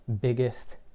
biggest